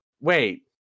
wait